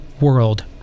world